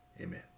amen